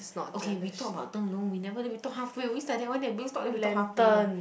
okay we talk about 灯笼 we never then we talk halfway we always like that one leh we always stop then we talk halfway one